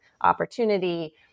opportunity